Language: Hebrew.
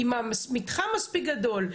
אם המתחם מספיק גדול,